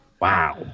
Wow